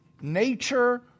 Nature